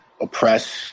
oppress